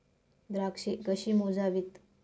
द्राक्षे कशी मोजावीत?